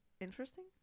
interesting